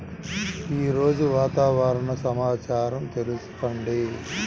ఈరోజు వాతావరణ సమాచారం తెలుపండి